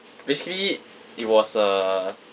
basically it was a